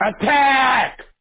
Attack